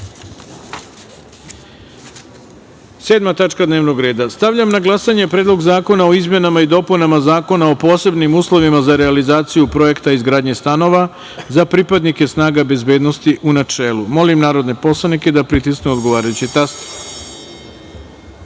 tačka dnevnog reda. Stavljam na glasanje Predlog zakona o izmenama i dopunama Zakona o posebnim uslovima za realizaciju projekta izgradnje stanova za pripadnike snaga bezbednosti, u načelu. Molim narodne poslanike da pritisnu odgovarajući